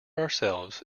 ourselves